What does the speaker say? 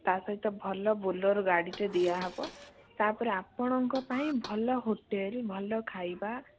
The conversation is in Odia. ତା ସହିତ ଭଲ ବୋଲେରୋ ଗାଡ଼ିଟେ ଦିଆହେବ ତା ପରେ ଆପଣଙ୍କ ପାଇଁ ଭଲ ହୋଟେଲ ଭଲ ଖାଇବା